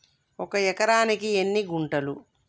ఒక ఎకరానికి ఎన్ని గుంటలు?